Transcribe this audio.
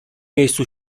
miejscu